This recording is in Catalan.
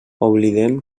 oblidem